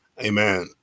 amen